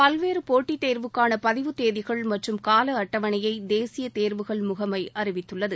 பல்வேறு போட்டித் தேர்வுக்கான பதிவுத் தேதிகள் மற்றும் கால அட்டவணையை தேசிய தேர்வுகள் முகமை அறிவித்துள்ளது